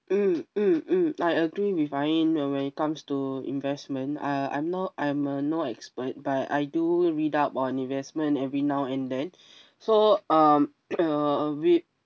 mm mm mm I agree with ain when it comes to investment uh I'm not I'm a no expert but I do read up on investment every now and then so um a bit